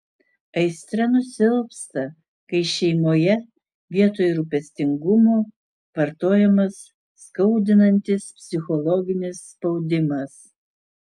aistra nusilpsta kai šeimoje vietoj rūpestingumo vartojamas skaudinantis psichologinis spaudimas